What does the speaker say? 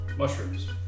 Mushrooms